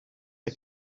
der